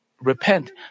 repent